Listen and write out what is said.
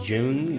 June